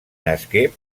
nasqué